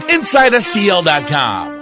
InsideSTL.com